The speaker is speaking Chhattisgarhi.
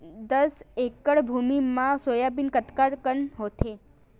दस एकड़ भुमि म सोयाबीन कतका कन होथे?